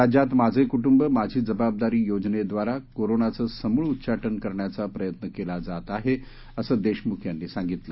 राज्यात माझे कुटुंब माझी जबाबदारी योजनेद्वारा कोरोनाचं समूळ उच्चाटन करण्याचा प्रयत्न केला जात आहे असं देशमुख यांनी सांगितलं